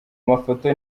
mafoto